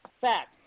Fact